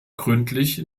gründlich